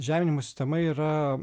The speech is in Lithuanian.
žeminimo sistema yra